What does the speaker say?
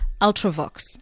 Ultravox